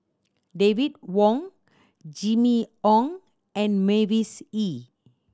David Wong Jimmy Ong and Mavis Hee